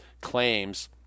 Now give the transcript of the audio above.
claims